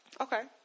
Okay